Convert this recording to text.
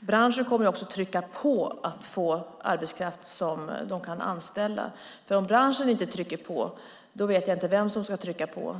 Branschen kommer också att trycka på för att få arbetskraft som den kan anställa. Om branschen inte trycker på vet jag inte vem som ska trycka på.